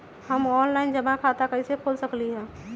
हम ऑनलाइन जमा खाता कईसे खोल सकली ह?